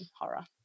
horror